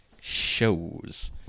shows